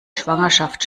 schwangerschaft